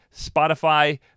Spotify